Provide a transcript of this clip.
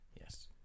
Yes